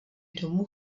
domů